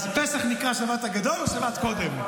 אז פסח נקרא שבת הגדול או שבת קודם?